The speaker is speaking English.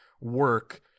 work